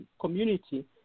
community